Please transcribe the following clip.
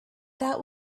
that